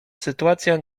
sytuacja